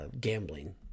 gambling